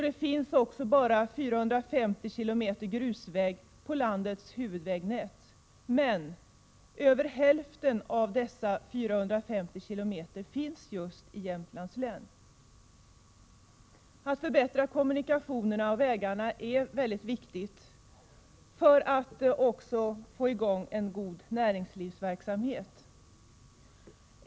Det finns också bara 450 km grusväg på landets huvudvägnät, men över hälften finns just i Jämtlands län. Att förbättra kommunikationerna och vägarna är mycket viktigt för att få i gång en god näringslivsverksamhet.